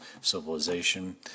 civilization